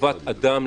לטובת אדם,